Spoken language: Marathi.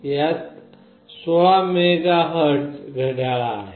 यात 16 MHz घड्याळ आहे